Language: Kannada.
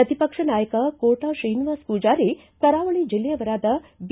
ಪ್ರತಿಪಕ್ಷ ನಾಯಕ ಕೋಟಾ ಶ್ರೀನಿವಾಸ್ ಪೂಜಾರಿ ಕರಾವಳ ಜಿಲ್ಲೆಯವರಾದ ಬಿ